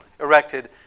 erected